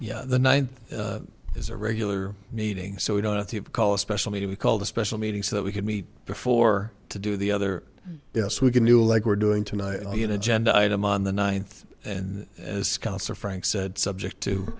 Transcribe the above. yes the ninth is a regular meeting so we don't have to call a special meeting we called a special meeting so that we could meet before to do the other yes we can do like we're doing tonight it agenda item on the ninth and as scouser frank said subject to